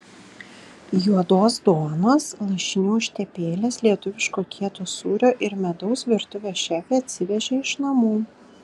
juodos duonos lašinių užtepėlės lietuviško kieto sūrio ir medaus virtuvės šefė atsivežė iš namų